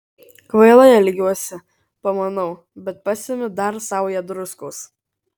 kvailai elgiuosi pamanau bet pasemiu dar saują druskos